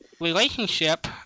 relationship